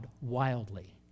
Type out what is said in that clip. wildly